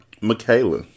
Michaela